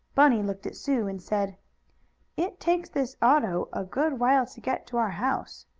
bunny looked at sue and said it takes this auto a good while to get to our house.